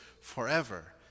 forever